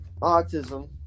Autism